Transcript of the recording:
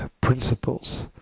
Principles